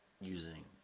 using